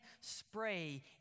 spray